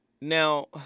Now